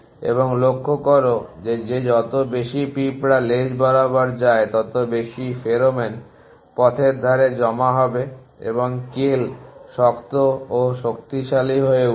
এবং লক্ষ্য করো যে যত বেশি পিঁপড়া লেজ বরাবর যায় তত বেশি ফেরোমন পথের ধারে জমা হবে এবং কেল শক্ত ও শক্তিশালী হয়ে উঠবে